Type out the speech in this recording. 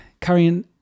carrying